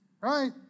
right